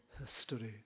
history